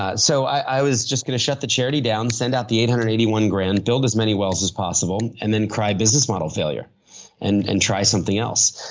ah so, i was just going to shut the charity down, send out the eight hundred and eighty one grand, build as many wells as possible and then, cry business model failure and and try something else.